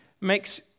makes